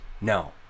No